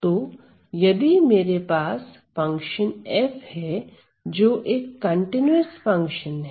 तो यदि मेरे पास फंक्शन f है जो एक कंटीन्यूअस फंक्शन है